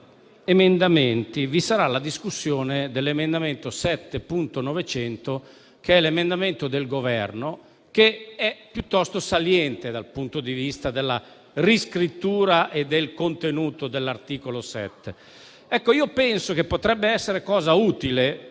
vi sarà la discussione dell'emendamento 7.900, che è del Governo, piuttosto saliente dal punto di vista della riscrittura e del contenuto dell'articolo 7. Penso che potrebbe essere cosa utile